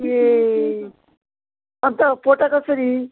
ए अन्त पोटा कसरी